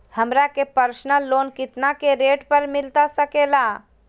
हमरा के personal loan कितना के रेट पर मिलता सके ला?